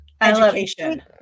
education